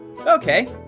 Okay